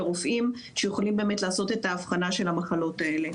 לרופאים שיכולים לעשות את ההבחנה של המחלות האלה.